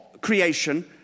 creation